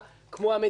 כמו המדינה,